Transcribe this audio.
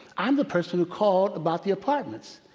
i'm the person who called about the apartments.